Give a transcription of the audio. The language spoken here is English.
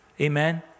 Amen